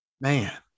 Man